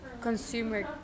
consumer